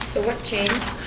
what change